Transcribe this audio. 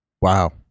wow